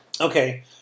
Okay